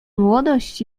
młodość